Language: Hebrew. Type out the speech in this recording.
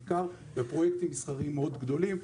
בעיקר בפרויקטים מסחריים מאוד גדולים,